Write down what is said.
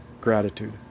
gratitude